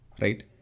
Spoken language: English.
right